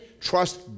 trust